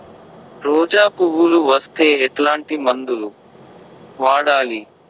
రోజా పువ్వులు వస్తే ఎట్లాంటి మందులు వాడాలి?